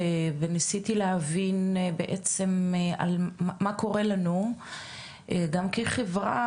וניסיתי להבין בעצם מה קורה לנו גם כחברה,